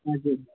हजुर